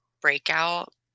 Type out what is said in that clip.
Breakout